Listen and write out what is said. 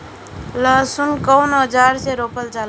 लहसुन कउन औजार से रोपल जाला?